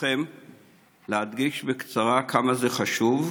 ברשותכם להדגיש בקצרה כמה זה חשוב,